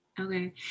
Okay